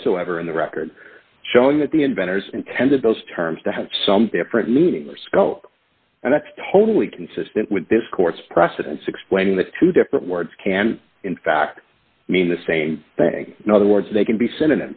whatsoever in the record showing that the inventors intended those terms to have some different meaning or scope and that's totally consistent with this court's precedents explaining the two different words can in fact mean the same thing in other words they can be s